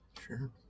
Sure